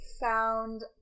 found